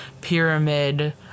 pyramid